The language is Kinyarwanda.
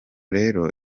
rero